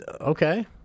okay